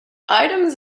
items